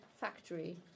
factory